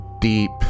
deep